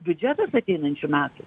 biudžetas ateinančių metų